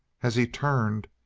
as he turned,